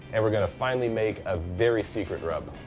and we're gonna finally make a very secret rub.